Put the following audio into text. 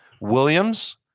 Williams